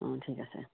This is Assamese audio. অ' ঠিক আছে